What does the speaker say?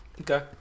Okay